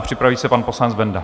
Připraví se pan poslanec Benda.